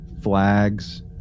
flags